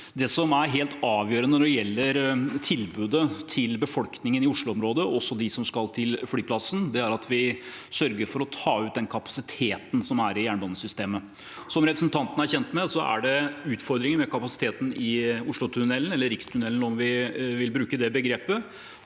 Det som er helt avgjørende når det gjelder tilbudet til befolkningen i Oslo-området, også de som skal til flyplassen, er at vi sørger for å ta ut den kapasiteten som er i jernbanesystemet. Som representanten er kjent med, er det utfordringer med kapasiteten i Oslotunnelen – eller rikstunnelen om vi vil bruke det begrepet